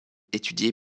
étudié